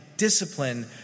discipline